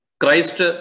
Christ